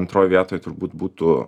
antroj vietoj turbūt būtų